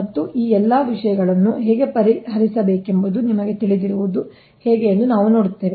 ಮತ್ತು ಈ ಎಲ್ಲಾ ವಿಷಯಗಳನ್ನು ಹೇಗೆ ಪರಿಹರಿಸಬೇಕೆಂದು ನಿಮಗೆ ತಿಳಿದಿರುವುದು ಹೇಗೆ ಎಂದು ನಾವು ನೋಡುತ್ತೇವೆ